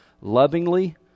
Lovingly